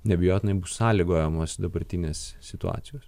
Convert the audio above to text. neabejotinai bus sąlygojamos dabartinės situacijos